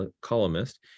Columnist